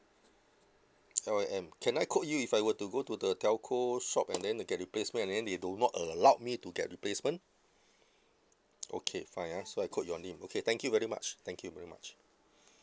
L I M can I quote you if I were to go to the telco shop and then get replacement and then they do not allow me to get replacement okay fine ah so I quote your name okay thank you very much thank you very much